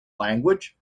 language